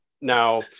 now